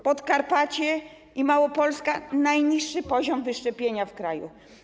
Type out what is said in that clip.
Podkarpacie i Małopolska - najniższy poziom wyszczepienia w kraju.